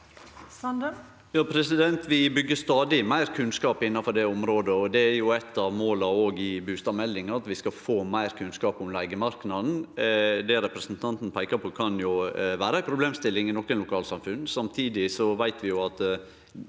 Vi byggjer stadig meir kunnskap innanfor det området. Eit av måla i bustadmeldinga er at vi skal få meir kunnskap om leige marknaden. Det representanten peikar på, kan vere ei problemstilling i nokre lokalsamfunn.